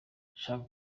ndashaka